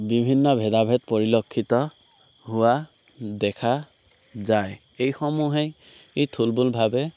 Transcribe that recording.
বিভিন্ন ভেদাভেদ পৰিলক্ষিত হোৱা দেখা যায় এই সমূহেই থুলমূলভাৱে